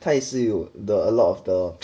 他也是有 the a lot of the